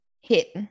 HIT